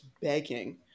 begging